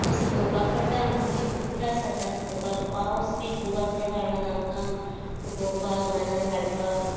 ते सुकोवपाक पडटा आमकां मातशें खूब त्रास जाता सुकोवपा पावस बी खूब आसल्या कारणान आमकां सुकोवपाक मानाय हाडपाक